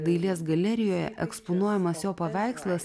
dailės galerijoje eksponuojamas jo paveikslas